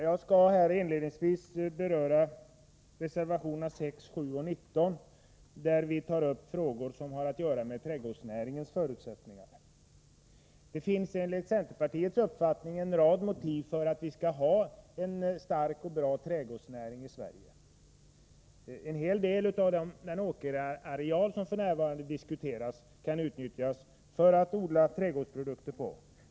Herr talman! Jag skall inledningsvis beröra reservationerna 6, 7 och 19, där vi tar upp frågor som har att göra med trädgårdsnäringens förutsättningar. Det finns enligt centerpartiets uppfattning en rad motiv för att vi skall ha en stark och bra trädgårdsnäring i Sverige. En hel del av den åkerareal, vars användning f. n. diskuteras, kan utnyttjas för odling av trädgårdsprodukter.